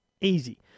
Easy